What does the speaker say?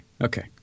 okay